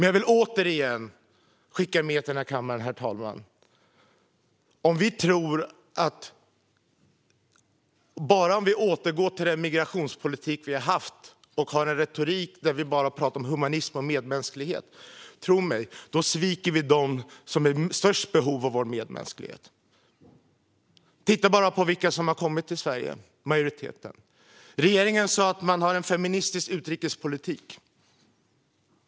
Jag vill återigen skicka med till den här kammaren, herr talman, att om vi återgår till den migrationspolitik som vi har haft och har en retorik där vi bara talar om humanism och medmänsklighet sviker vi dem som är i störst behov av vår medmänsklighet, tro mig. Titta bara på vilka majoriteten av de som har kommit till Sverige är. Regeringen sa att man har en feministisk utrikespolitik.